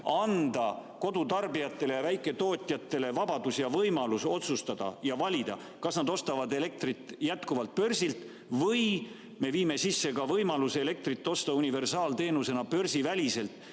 anda kodutarbijatele ja väiketootjatele vabaduse ja võimaluse otsustada ja valida, kas nad ostavad elektrit jätkuvalt börsilt või me viime sisse ka võimaluse elektrit osta universaalteenusena börsiväliselt